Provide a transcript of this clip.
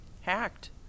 hacked